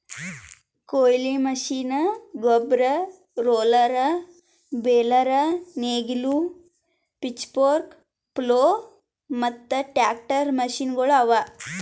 ಕೊಯ್ಲಿ ಮಷೀನ್, ಗೊಬ್ಬರ, roller, baler, ನೇಗಿಲು, ಪಿಚ್ಫೋರ್ಕ್, ಪ್ಲೊ ಮತ್ತ ಟ್ರಾಕ್ಟರ್ ಮಷೀನಗೊಳ್ ಅವಾ